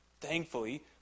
Thankfully